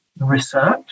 research